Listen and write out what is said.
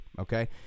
Okay